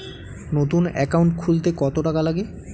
নতুন একাউন্ট খুলতে কত টাকা লাগে?